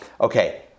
Okay